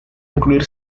incluir